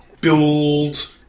build